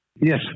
Yes